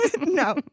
No